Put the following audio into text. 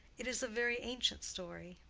it is a very ancient story,